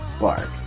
bark